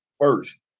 first